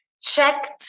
checked